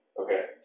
Okay